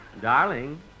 Darling